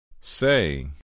Say